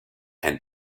and